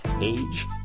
age